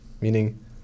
meaning